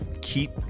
keep